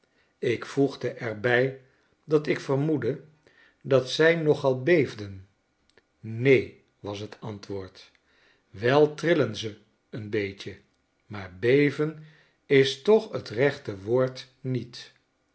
ik voegde er bij dat ik vermoedde dat zij nogal beef den neen was j t antwoord wel trillen ze n beetje maar beven is toch t rechte woordniet